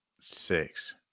six